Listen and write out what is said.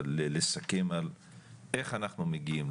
לסכם על איך אנחנו מגיעים,